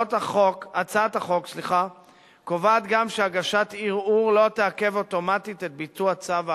הצעת החוק קובעת גם שהגשת ערעור לא תעכב אוטומטית את ביצוע צו ההגבלה,